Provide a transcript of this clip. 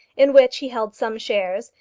in which he held some shares,